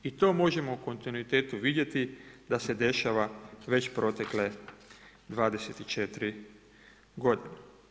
I to možemo u kontinuitetu vidjeti da se dešava već protekle 24 godine.